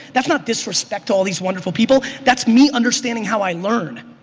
that's not disrespect to all these wonderful people. that's me understanding how i learn.